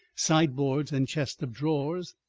sideboards and chests of drawers,